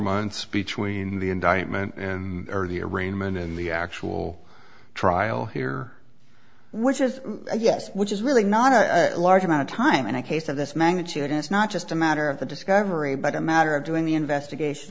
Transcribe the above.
months between the indictment and early arraignment in the actual trial here which is yes which is really not a large amount of time and i case of this magnitude is not just a matter of the discovery but a matter of doing the investigation